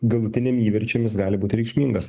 galutiniam įverčiam jis gali būt reikšmingas